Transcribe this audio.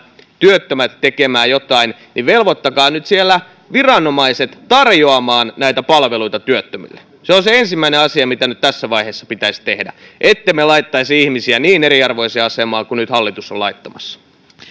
työttömät tekemään jotain niin velvoittakaa nyt viranomaiset tarjoamaan näitä palveluita työttömille se on se ensimmäinen asia mitä nyt tässä vaiheessa pitäisi tehdä ettemme laittaisi ihmisiä niin eriarvoiseen asemaan kuin nyt hallitus on laittamassa